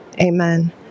amen